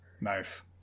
Nice